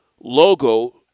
logo